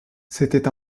c’était